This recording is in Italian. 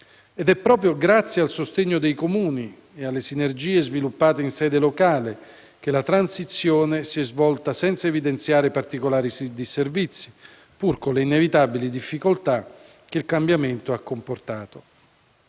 Ed è proprio grazie al sostegno dei Comuni e alle sinergie sviluppate in sede locale che la transizione si è svolta senza evidenziare particolari disservizi, pur con le inevitabili difficoltà che il cambiamento ha comportato.